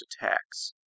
attacks